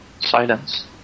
Silence